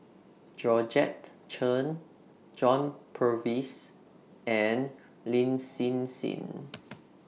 Georgette Chen John Purvis and Lin Hsin Hsin